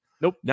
Nope